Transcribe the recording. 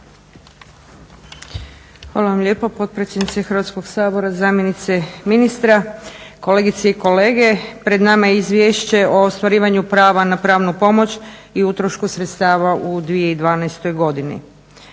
Hvala vam lijepo potpredsjednice Hrvatskog sabora, zamjenice ministra, kolegice i kolege. Pred nama je Izvješće o ostvarivanju prava na pravnu pomoć i utrošku sredstava u 2012. godini.